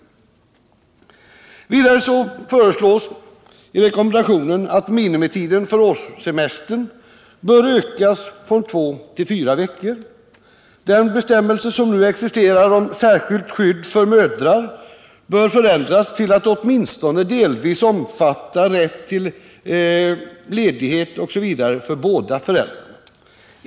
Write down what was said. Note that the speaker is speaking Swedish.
Vidare föreslås i rekommendationen att minimitiden för årssemester bör ökas från två till fyra veckor. Den bestämmelse som nu existerar om särskilt skydd för mödrar bör förändras till att åtminstone delvis omfatta rätt till ledighet osv. för båda föräldrarna.